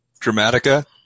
Dramatica